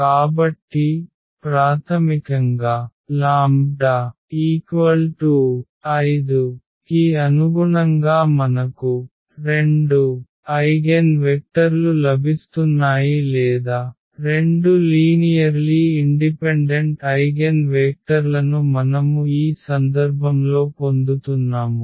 కాబట్టి ప్రాథమికంగా λ 5కి అనుగుణంగా మనకు 2 ఐగెన్వెక్టర్లు లభిస్తున్నాయి లేదా 2 లీనియర్లీ ఇండిపెండెంట్ ఐగెన్వేక్టర్లను మనము ఈ సందర్భంలో పొందుతున్నాము